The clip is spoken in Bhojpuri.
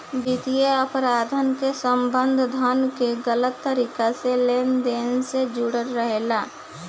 वित्तीय अपराध के संबंध धन के गलत तरीका से लेन देन से जुड़ल रहेला